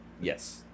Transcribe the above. Yes